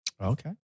Okay